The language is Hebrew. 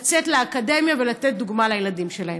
לצאת לאקדמיה ולתת דוגמה לילדים שלהן.